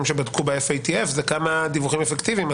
שבדקו ב-FATF זה כמה הדיווחים אפקטיביים.